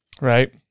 right